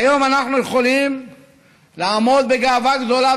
והיום אנחנו יכולים לעמוד בגאווה גדולה